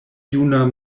juna